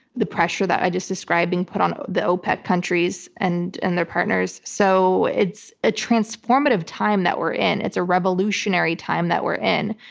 the pressure that i just described being put on the opec countries and and their partners. so it's a transformative time that we're in. it's a revolutionary time that we're in.